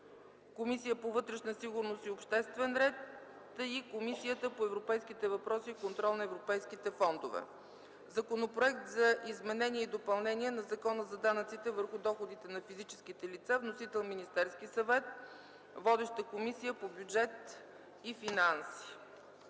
Комисията по вътрешна сигурност и обществен ред и Комисията по европейските въпроси и контрол на европейските фондове; - Законопроект за изменение и допълнение на Закона за данъците върху доходите на физическите лица. Вносител е Министерският съвет. Водеща е Комисията по бюджет и финанси.